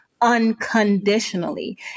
unconditionally